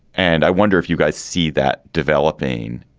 and i wonder if you guys see that developing.